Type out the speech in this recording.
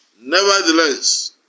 Nevertheless